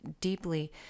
deeply